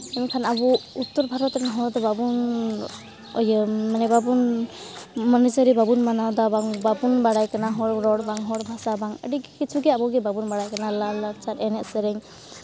ᱮᱱᱠᱷᱟᱱ ᱟᱵᱚ ᱩᱛᱛᱚᱨ ᱵᱷᱟᱨᱚᱛ ᱨᱮᱱ ᱦᱚᱲ ᱫᱚ ᱵᱟᱵᱚᱱ ᱤᱭᱟᱹ ᱢᱟᱱᱮ ᱵᱟᱵᱚᱱ ᱟᱹᱨᱤᱼᱪᱟᱹᱞᱤ ᱵᱟᱵᱚᱱ ᱢᱟᱱᱟᱣᱫᱟ ᱵᱟᱵᱚᱱ ᱵᱟᱲᱟᱭ ᱠᱟᱱᱟ ᱦᱚᱲ ᱨᱚᱲ ᱵᱟᱝ ᱦᱚᱲ ᱵᱷᱟᱥᱟ ᱵᱟᱝ ᱟᱹᱰᱤ ᱠᱤᱪᱷᱩ ᱜᱮ ᱟᱵᱚᱜᱮ ᱵᱟᱵᱚᱱ ᱵᱟᱲᱟᱭ ᱠᱟᱱᱟ ᱞᱟᱭᱼᱞᱟᱠᱪᱟᱨ ᱮᱱᱮᱡᱼᱥᱮᱨᱮᱧ